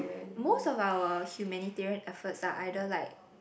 most of our humanitarian effort lah either like